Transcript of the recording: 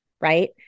Right